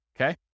okay